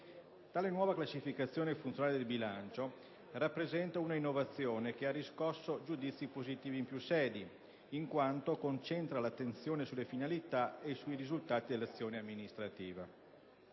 Tale nuova classificazione funzionale del bilancio rappresenta una innovazione che ha riscosso giudizi positivi in più sedi, in quanto concentra l'attenzione sulle finalità e sui risultati dell'azione amministrativa.